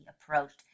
approached